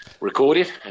recorded